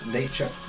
nature